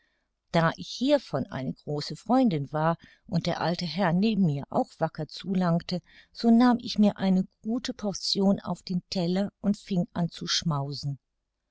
da ich hiervon eine große freundin war und der alte herr neben mir auch wacker zulangte so nahm ich mir eine gute portion auf den teller und fing an zu schmausen